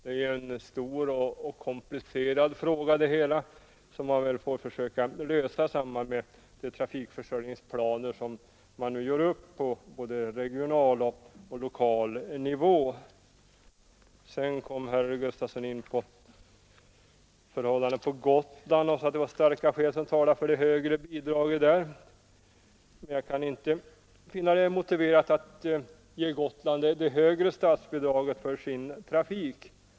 Det är en stor och komplicerad fråga som man väl får försöka lösa i samband med de trafikförsörjningsplaner som nu görs upp både på regional och på lokal nivå. Herr Gustafson i Götteborg kom sedan in på förhållandena på Gotland och sade att starka skäl talade för det högre bidraget där. Jag kan inte finna det motiverat att ge Gotland det högre statsbidraget för sin trafik.